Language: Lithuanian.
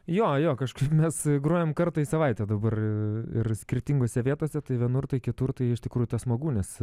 jo jo kažkaip mes grojam kartą į savaitę dabar ir skirtingose vietose tai vienur tai kitur tai iš tikrųjų tas smagu nes